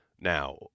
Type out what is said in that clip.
Now